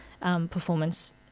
performance